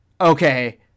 Okay